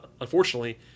unfortunately